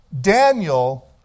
Daniel